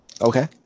Okay